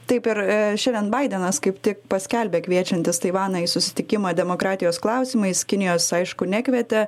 taip ir šiandien baidenas kaip tik paskelbė kviečiantis taivaną į susitikimą demokratijos klausimais kinijos aišku nekvietė